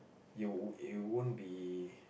you you won't be